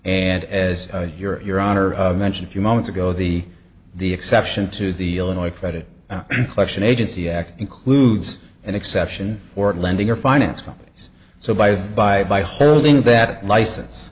and as your your honor of mention a few moments ago the the exception to the illinois credit collection agency act includes an exception for lending or finance companies so by by by holding that license